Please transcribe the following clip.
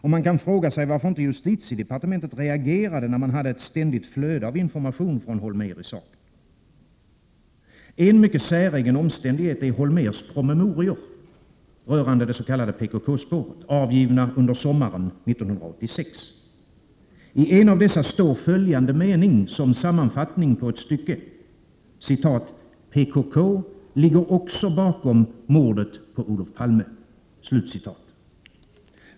Och man kan fråga sig varför inte justitiedepartementet reagerade, när man hade ett ständigt flöde av information från Holmér i saken. En mycket säregen omständighet är Holmérs promemorior rörande det s.k. PKK-spåret, avgivna under sommaren 1986. I en av dessa står följande: ”PKK ligger också bakom mordet på Olof Palme”.